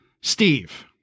Steve